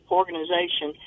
organization